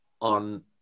On